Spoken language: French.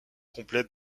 complètes